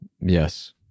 yes